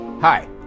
Hi